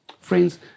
Friends